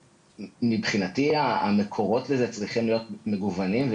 מבחינתי, המקורות לזה צריכים להיות מגוונים.